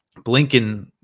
Blinken